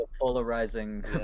polarizing